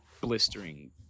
blistering